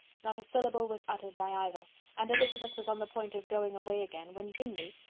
not a syllable was uttered by either and elizabeth was on the point of going away again, when bingley,